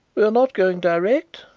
we are not going direct?